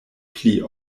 pli